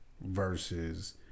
versus